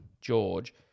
George